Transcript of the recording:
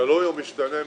תלוי, הוא משתנה,